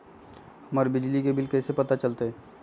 हमर बिजली के बिल कैसे पता चलतै?